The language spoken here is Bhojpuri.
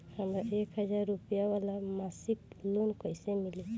हमरा एक हज़ार रुपया वाला मासिक लोन कईसे मिली?